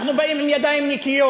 אנחנו באים בידיים נקיות.